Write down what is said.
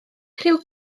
rhyw